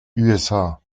usa